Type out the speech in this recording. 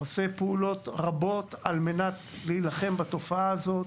עושה פעולות רבות כדי להילחם בתופעה הזאת.